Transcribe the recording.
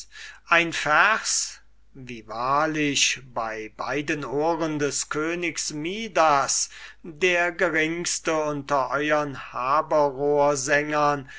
ein vers wie wahrlich bei beiden ohren des königs midas der geringste unter euern haberrohrsängern